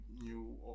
new